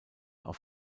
auf